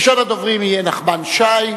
ראשון הדוברים יהיה נחמן שי,